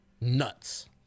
Nuts